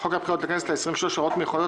לחוק הבחירות לכנסת ה-23 (הוראות מיוחדות),